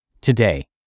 today